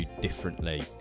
differently